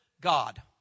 God